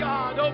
God